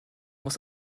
muss